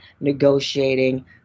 negotiating